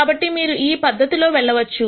కాబట్టి మీరు ఈ పద్ధతిలో వెళ్ళవచ్చు